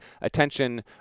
attention